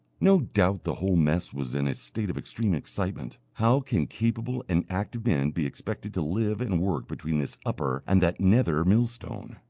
no doubt the whole mess was in a state of extreme excitement. how can capable and active men be expected to live and work between this upper and that nether millstone?